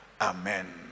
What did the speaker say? Amen